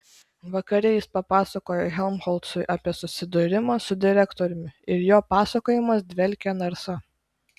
vakare jis papasakojo helmholcui apie susidūrimą su direktoriumi ir jo pasakojimas dvelkė narsa